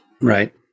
Right